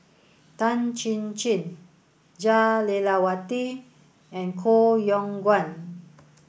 Tan Chin Chin Jah Lelawati and Koh Yong Guan